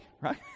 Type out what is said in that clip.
right